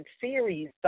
series